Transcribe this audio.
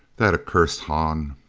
that accursed hahn